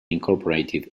incorporated